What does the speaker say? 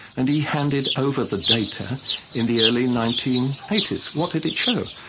and he handed over the data in the early nineteen eighty s. what did it show?